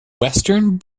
western